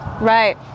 right